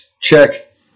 check